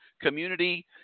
community